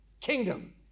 Kingdom